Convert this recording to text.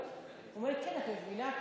הוא אומר: כן, את מבינה?